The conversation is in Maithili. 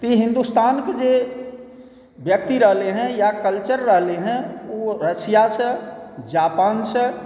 तऽ ई हिन्दुस्तानके जे व्यक्ति रहलै हँ या कल्चर रहलै हँ ओ रसियासँ जापानसँ